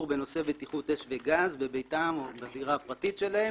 בנושא בטיחות אש וגז בביתם או בדירה הפרטית שלהם,